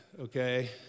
okay